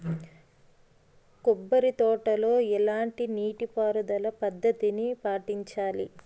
కొబ్బరి తోటలో ఎలాంటి నీటి పారుదల పద్ధతిని పాటించాలి?